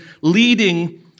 leading